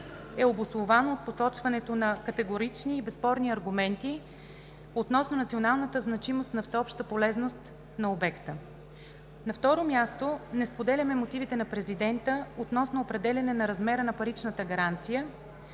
е обусловено от посочването на категорични и безспорни аргументи относно националната значимост на всеобща полезност на обекта. На второ място, не споделяме мотивите на Президента относно определяне размера на паричната гаранция,